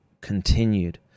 continued